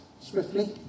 swiftly